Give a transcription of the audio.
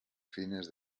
fines